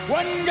one